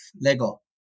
Lego